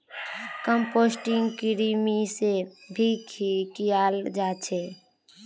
composting कृमि से भी कियाल जा छे